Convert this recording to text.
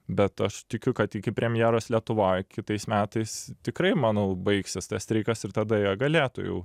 bet aš tikiu kad iki premjeros lietuvoj kitais metais tikrai manau baigsis tas streikas ir tada jie galėtų jau